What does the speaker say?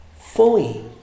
fully